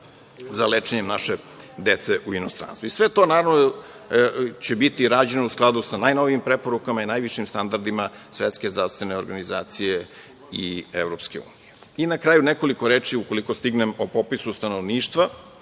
za lečenje naše dece u inostranstvu. Sve to naravno će biti rađeno u skladu sa najnovijim preporukama i najvišim standardima Svetske zdravstvene organizacije i Evropske unije. Na kraju nekoliko reči, ukoliko stignem, o popisu stanovništva,